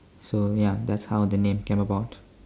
so ya that's how the name came about